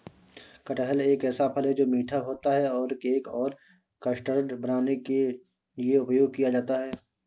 कटहल एक ऐसा फल है, जो मीठा होता है और केक और कस्टर्ड बनाने के लिए उपयोग किया जाता है